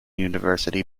university